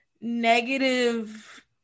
negative